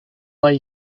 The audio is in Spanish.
hay